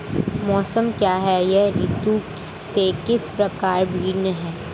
मौसम क्या है यह ऋतु से किस प्रकार भिन्न है?